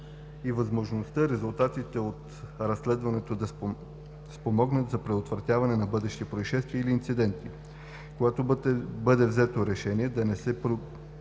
и възможността резултатите от разследването да спомогнат за предотвратяване на бъдещи произшествия или инциденти. Когато бъде взето решение да не се